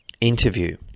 interview